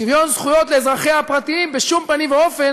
שוויון זכויות לאזרחיה הפרטיים, בשום פנים ואופן